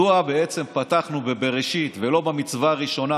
מדוע בעצם פתחנו בבראשית ולא במצווה הראשונה,